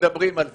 מדברים על זה,